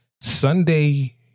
Sunday